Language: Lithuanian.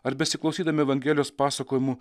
ar besiklausydami evangelijos pasakojimų